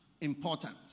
important